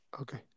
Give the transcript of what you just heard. Okay